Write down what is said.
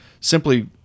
simply